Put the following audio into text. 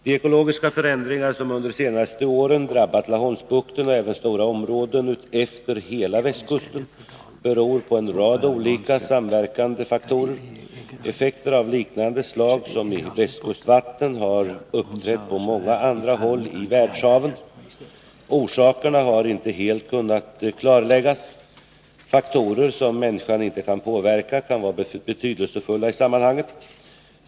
De ekologiska förändringar som under de senaste åren drabbat Laholmsbukten och även stora områden utefter hela västkusten beror på en rad olika samverkande faktorer. Effekter av liknande slag som i västkustvattnen har uppträtt på många andra håll i världshaven. Orsakerna har inte helt kunnat klarläggas. Faktorer som människan inte kan påverka kan vara betydelsefulla i sammanhanget.